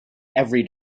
every